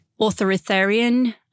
Authoritarian